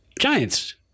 Giants